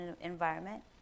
environment